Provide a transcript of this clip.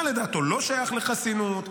מה לדעתו לא שייך לחסינות,